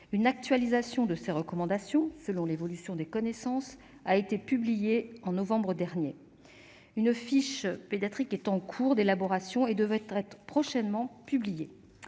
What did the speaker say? Une actualisation de ces recommandations selon l'évolution des connaissances a été publiée en novembre dernier. Une fiche pédiatrique est en cours d'élaboration et devait être prochainement publiée.